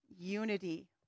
unity